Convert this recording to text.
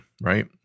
right